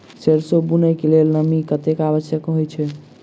सैरसो बुनय कऽ लेल नमी कतेक आवश्यक होइ छै?